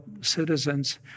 citizens